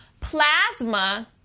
plasma